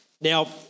Now